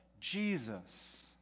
Jesus